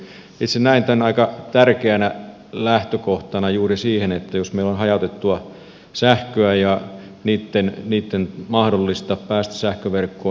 itse näen tämän aika tärkeänä lähtökohtana juuri siihen jos meillä on hajautettua sähköä ja niillä mahdollisuutta päästä sähköverkkoon